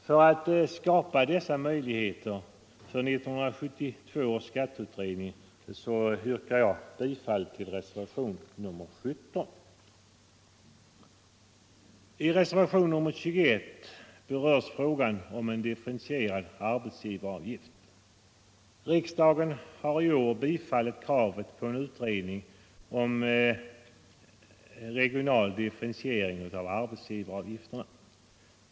För att skapa dessa möjligheter för 1972 års skatteutredning yrkar jag att riksdagen bifaller reservationen 17. I reservation nr 21 berörs frågan om en differentierad arbetsgivaravgift. Riksdagen har i år bifallit kravet på utredning om regional differentiering av arbetsgivaravgifterna.